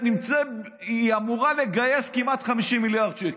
היא אמורה לגייס כמעט 50 מיליארד שקל.